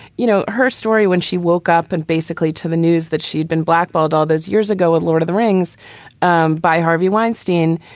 you know, her story when she woke up and basically to the news that she'd been blackballed all those years ago at lord of the rings um by harvey weinstein.